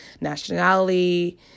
nationality